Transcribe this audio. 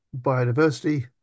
biodiversity